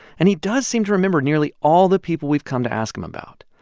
and he does seem to remember nearly all the people we've come to ask him about.